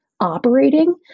operating